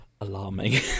alarming